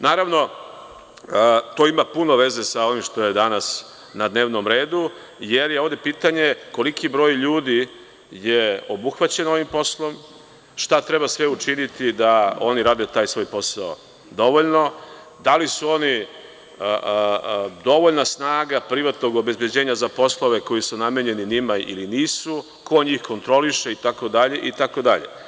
Naravno, to ima puno veze sa ovim što je danas na dnevnom redu, jer je ovde pitanje – koliko ljudi je obuhvaćeno ovim poslom, šta sve treba učiniti da oni rade taj svoj posao dovoljno, da li su oni dovoljna snaga privatnog obezbeđenja za poslove koji su namenjeni njima ili nisu, ko njih kontroliše, itd, itd?